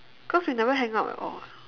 cause we never hang up at all